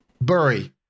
Bury